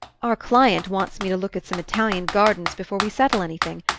our client wants me to look at some italian gardens before we settle anything,